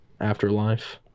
afterlife